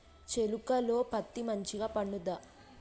చేలుక లో పత్తి మంచిగా పండుద్దా?